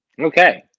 Okay